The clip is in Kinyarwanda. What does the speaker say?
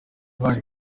bahawe